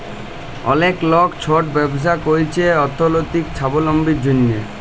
অলেক লক ছট ব্যবছা ক্যইরছে অথ্থলৈতিক ছাবলম্বীর জ্যনহে